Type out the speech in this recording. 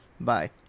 Bye